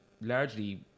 largely